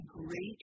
great